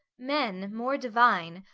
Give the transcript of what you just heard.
man, more divine,